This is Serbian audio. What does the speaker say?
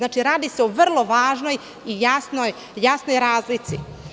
Radi se o vrlo važnoj i jasnoj razlici.